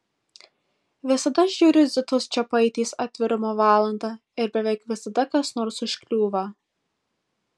visada žiūriu zitos čepaitės atvirumo valandą ir beveik visada kas nors užkliūva